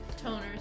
Toners